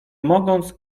mogąc